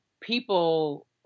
people